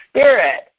spirit